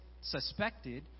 suspected